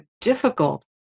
difficult